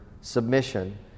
submission